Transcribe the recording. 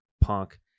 punk